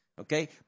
Okay